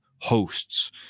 hosts